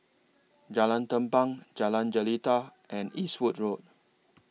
Jalan Tampang Jalan Jelita and Eastwood Road